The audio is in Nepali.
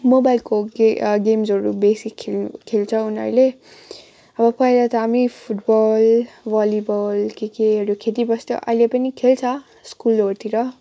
मोबाइलको के गेम्सहरू बेसी खेल् खेल्छ उनीहरूले अब पहिला त हामी फुटबल भलिबल के केहरू खेलिबस्थ्यो अहिले पनि खेल्छ स्कुलहरूतिर